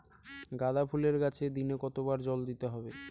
গাদা ফুলের গাছে দিনে কতবার জল দিতে হবে?